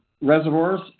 reservoirs